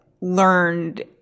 learned –